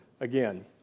again